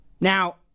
Now